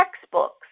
textbooks